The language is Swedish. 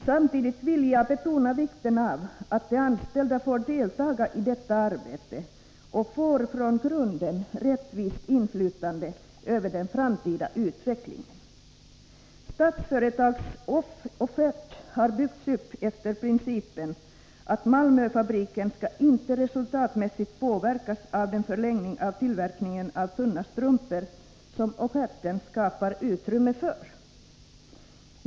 Samtidigt vill jag betona vikten — 21 december 1983 av att de anställda får delta i detta arbete och från grunden får ett rättvist inflytande över den framtida utvecklingen. Förlängning av Statsföretags offert har byggts upp efter principen att Malmöfabriken inte drifttiden för Eisers skall resultatmässigt påverkas av den förlängning av perioden för tillverkning av tunna strumpor som offerten skapar utrymme för.